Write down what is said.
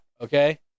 okay